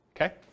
okay